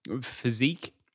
physique